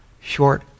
short